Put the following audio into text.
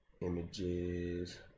images